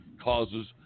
causes